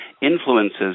influences